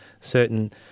certain